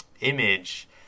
image